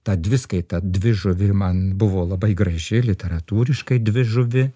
ta dviskaita dvi žuvi man buvo labai graži literatūriškai dvi žuvi